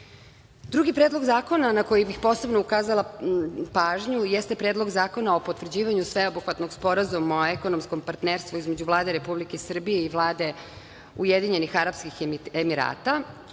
predlog zakona na koji bih posebno ukazala pažnju jeste Predlog zakona o potvrđivanju Sveobuhvatnog sporazuma o ekonomskom partnerstvu između Vlade Republike Srbije i Vlade Ujedinjenih Arapskih Emirata.